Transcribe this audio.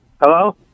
Hello